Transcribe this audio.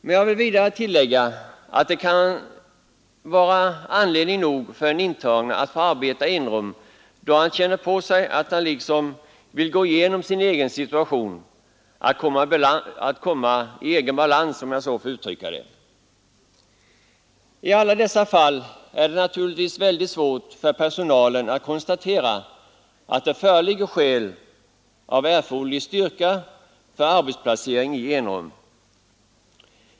Men det kan också vara anledning nog för den intagne att få arbeta i enrum då han känner på sig att han — om jag så får uttrycka det — vill gå igenom sin egen situation för att komma i balans. I alla dessa fall är det naturligtvis väldigt svårt för personalen att konstatera att det föreligger skäl av erforderlig styrka för arbetsplacering i enrum.